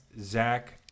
Zach